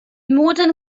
modern